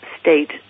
state